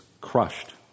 crushed